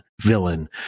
villain